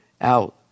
out